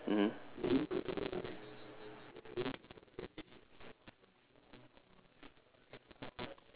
mmhmm